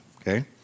okay